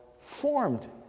formed